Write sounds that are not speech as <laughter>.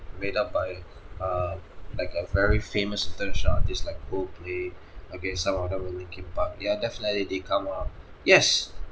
made up by <breath> err like a very famous international artist like coldplay <breath> okay some of them linkin park ya definitely they come uh <breath> yes